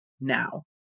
now